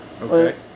Okay